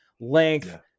length